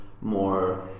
more